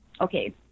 okay